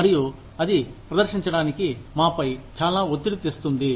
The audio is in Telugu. మరియు అది ప్రదర్శించడానికి మాపై చాలా ఒత్తిడి తెస్తుంది